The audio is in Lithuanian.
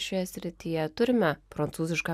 šioje srityje turime prancūzišką